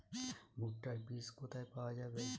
ভুট্টার বিজ কোথায় পাওয়া যাবে?